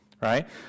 Right